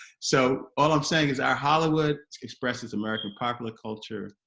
so all i'm saying is our hollywood expresses american popular culture,